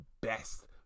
best